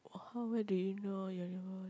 how well do you know your neighbour